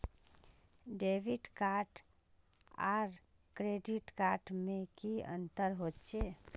Debit card आर credit card में की अंतर होचे?